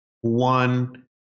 one